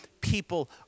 people